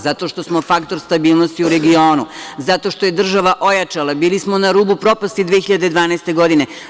Zato što smo faktor stabilnosti u regionu, zato što je država ojačala, bili smo na rubu propasti 2012. godine.